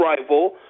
rival